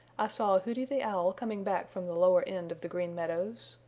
i saw hooty the owl coming back from the lower end of the green meadows.